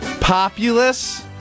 Populous